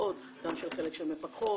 גם חלק של מפקחות,